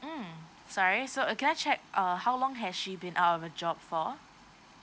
mm sorry so uh can I check uh how long has she been out of a job for